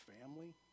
family